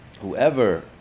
whoever